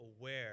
aware